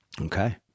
Okay